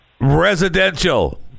Residential